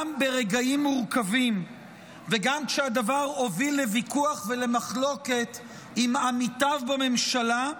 גם ברגעים מורכבים וגם כשהדבר הוביל לוויכוח ולמחלוקת עם עמיתיו בממשלה,